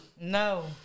No